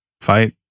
fight